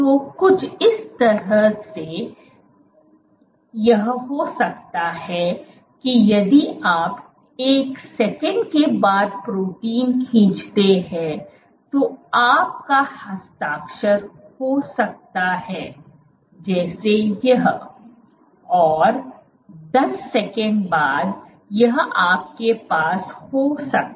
तो कुछ इस तरह से यह हो सकता है की यदि आप एक सेकंड के बाद प्रोटीन खींचते हैं तो आपका हस्ताक्षर हो सकता है जैसे यह और 10 सेकंड बाद यह आपके पास हो सकता है